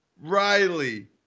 Riley